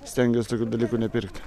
stengiuos tokių dalykų nepirkt